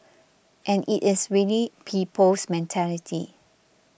and it is really people's mentality